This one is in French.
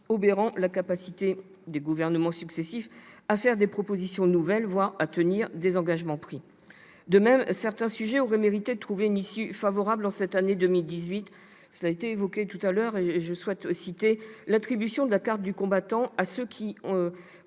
obérant la capacité des gouvernements successifs à faire des propositions nouvelles, voire à tenir des engagements pris. De même, certains sujets auraient mérité de trouver une issue favorable en cette année 2018. Je pense en particulier à l'attribution de la carte du combattant à ceux qui,